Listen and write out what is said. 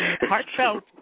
heartfelt